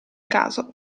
caso